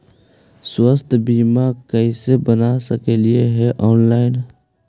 स्वास्थ्य बीमा कैसे बना सकली हे ऑनलाइन?